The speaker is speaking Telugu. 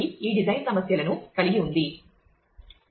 కాబట్టి ఈ డిజైన్ సమస్యలను కలిగి ఉంది